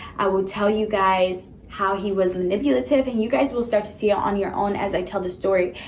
i will tell you guys how he was manipulative, and you guys will start to see it on your own as i tell the story,